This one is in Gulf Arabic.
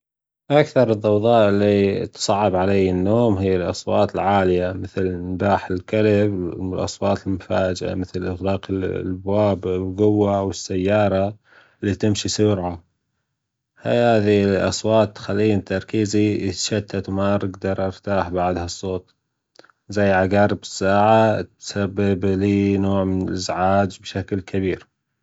أكثر الضوضاء اللي تصعب علي النوم هي الأصوات العالية مثل نباح الكلب، الأصوات المفاجئة مثل إطلاق الأبواب بجوة أو سيارة اللي تمشي بسرعة، هذه الاصوات تخلين تركيزي يتشتت ما أقدر ارتاح بعد هدا الصوت زي عجارب الساعة تسبب لي نوع من الإزعاج بشكل كبير.